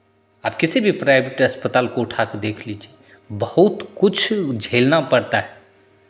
आप किसी भी प्राइवेट अस्पताल को उठा के देख लीजिए बहुत कुछ झेलना पड़ता है